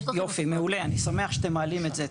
יופי, מעולה, אני שמח שאתם מעלים את זה.